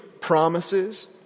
promises